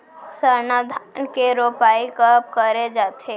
सरना धान के रोपाई कब करे जाथे?